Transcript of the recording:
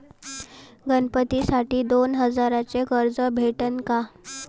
गणपतीसाठी दोन हजाराचे कर्ज भेटन का?